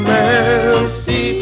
mercy